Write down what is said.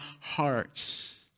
hearts